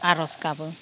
आरज गाबो